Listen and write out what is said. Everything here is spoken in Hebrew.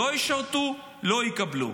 לא ישרתו, לא יקבלו.